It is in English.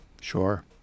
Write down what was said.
Sure